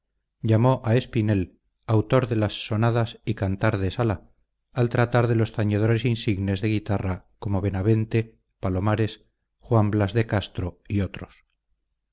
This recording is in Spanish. llamó a espinel autor de las sonadas y cantar de sala al tratar de los tañedores insignes de guitarra como benavente palomares juan blas de castro y otros